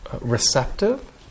receptive